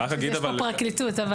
יש פה פרקליטות.